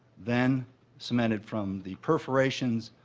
then cemented from the perforations,